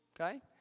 Okay